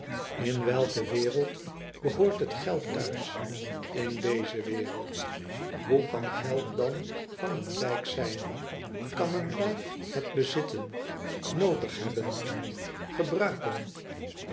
in welke wereld behoort het geld thuis in deze wereld hoe kan geld dan an een lijk zijn kan een lijk het bezitten noodig hebben gebruiken